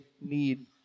need